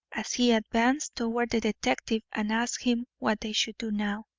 as he advanced toward the detective and asked him what they should do now.